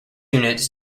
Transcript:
units